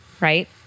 right